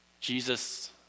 Jesus